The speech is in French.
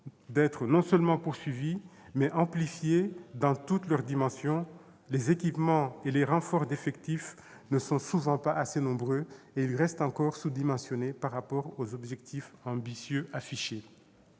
d'être non seulement poursuivis, mais amplifiés dans toutes leurs dimensions : les équipements et les renforts d'effectifs ne sont souvent pas assez nombreux, et ils restent encore sous-dimensionnés par rapport aux objectifs ambitieux affichés.